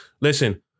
listen